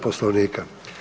Poslovnika.